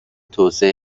توسعه